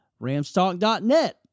Ramstalk.net